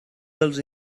dels